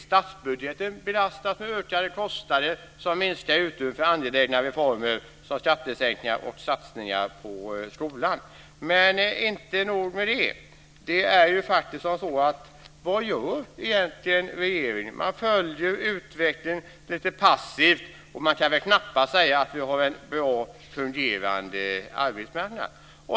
Statsbudgeten belastas med ökade kostnader som minskar utrymmet för angelägna reformer som skattesänkningar och satsningar på skolan. Men inte nog med det. Vad gör egentligen regeringen? Man följer utvecklingen lite passivt, och man kan väl knappast säga att vi har en bra fungerande arbetsmarknad.